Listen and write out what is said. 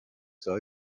sei